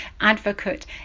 advocate